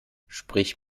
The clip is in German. sprich